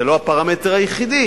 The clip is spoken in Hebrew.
זה לא הפרמטר היחיד,